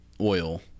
oil